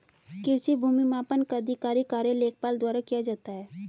कृषि भूमि मापन का आधिकारिक कार्य लेखपाल द्वारा किया जाता है